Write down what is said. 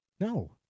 No